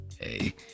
Hey